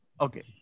Okay